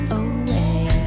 away